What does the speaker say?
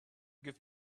give